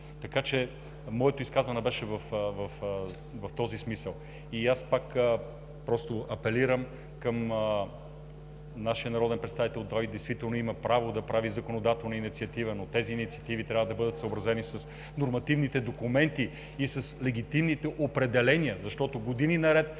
Така че моето изказване беше в този смисъл. Пак апелирам към нашия народен представител, той действително има право да прави законодателна инициатива, но тези инициативи трябва да бъдат съобразени с нормативните документи и с легитимните определения, защото години наред